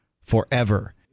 forever